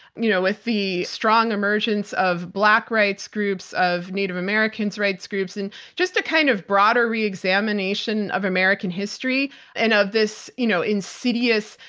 you know with the strong emergence of black rights groups, of native americans rights groups, and just a kind of broader reexamination of american history and of this you know insidious,